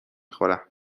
خورم